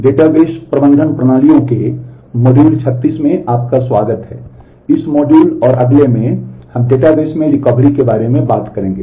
database प्रबंधन प्रणालियों के बारे में बात करेंगे